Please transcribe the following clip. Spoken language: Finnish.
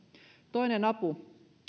toinen apu